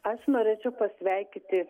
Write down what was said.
aš norėčiau pasveikyti